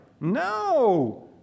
No